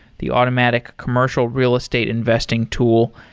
the automatic commercial real estate investing tool.